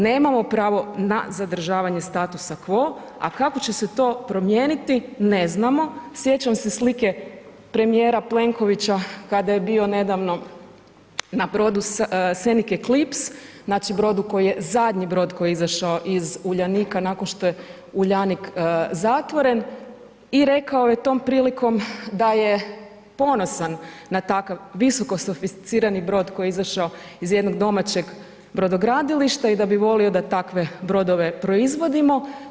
Nemamo pravo na zadržavanje statusa quo, a kako će se to promijeniti, ne znamo, sjećam se slike premijera Plenkovića kada je bio nedavno na brodu Scenic Eclipse, znači brodu koji je zadnji brod koji je izašao iz Uljanika nakon što je Uljanik zatvoren i rekao je tom prilikom da je ponosan na takav visokosofisticirani brod koji je izašao iz jednog domaćeg brodogradilišta i da bi volio da takve brodove proizvodimo.